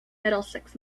middlesex